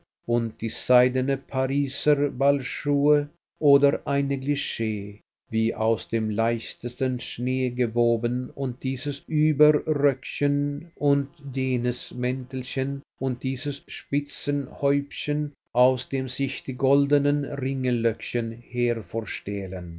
und die seidenen pariser ballschuhe oder ein neglig wie aus dem leichtesten schnee gewoben und dieses überröckchen und jenes mäntelchen und dieses spitzenhäubchen aus dem sich die goldenen ringellöckchen